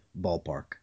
ballpark